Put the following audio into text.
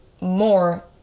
more